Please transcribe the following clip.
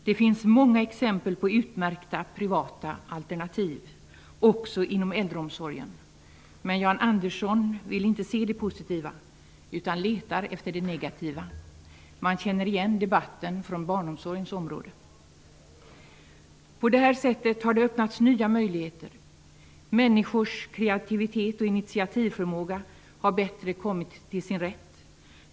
Det finns många exempel på utmärkta privata alternativ också inom äldreomsorgen, men Jan Andersson vill inte se det positiva utan letar efter det negativa. Man känner igen debatten från barnomosorgens område. På det här sättet har det öppnats nya möjligheter. Människors kreativitet och initiativförmåga har bättre kommit till sin rätt.